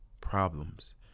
problems